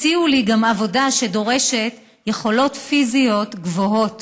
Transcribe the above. הציעו לי גם עבודה שדורשת יכולות פיזיות גבוהות